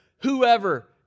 whoever